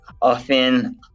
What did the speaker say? Often